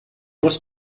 muss